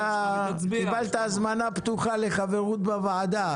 קיבלת הזמנה פתוחה לחברות בוועדה,